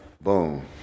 Boom